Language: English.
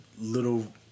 little